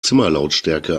zimmerlautstärke